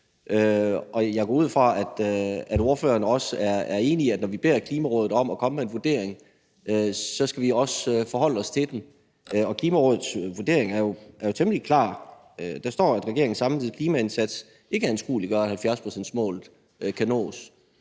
Jeg går ud fra, at ordføreren også er enig i, at når vi beder Klimarådet om at komme med en vurdering, skal vi også forholde os til den. Klimarådets vurdering er jo temmelig klar. Der står, at regeringens samlede klimaindsats ikke anskueliggør, at 70-procentsmålet kan nås.